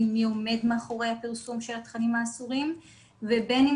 מי עומד מאחורי הפרסום של התכנים האסורים ובין אם